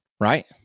right